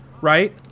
right